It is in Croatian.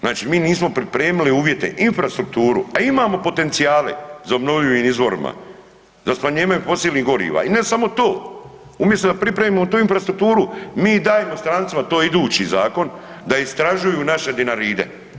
Znači mi nismo pripremili uvjete, infrastrukturu a imamo potencijale za obnovljivim izvorima, za smanjenje fosilnih goriva i ne samo to, umjesto da pripremimo tu infrastrukturu, mi dajemo strancima, to je idući zakon, da istražuju naše Dinaride.